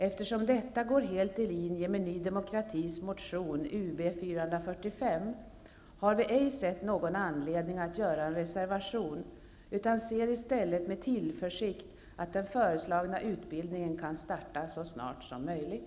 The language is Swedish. Eftersom detta går helt i linje med Ny demokratis motion UB445, har vi ej sett någon anledning att reservera oss, utan vi ser i stället med tillförsikt att den föreslagna utbildningen kan starta så snart som möjligt.